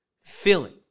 feeling